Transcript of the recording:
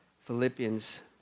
Philippians